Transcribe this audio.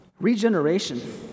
Regeneration